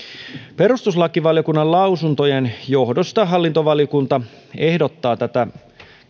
perustuslakivaliokunnan lausuntojen johdosta hallintovaliokunta ehdottaa tätä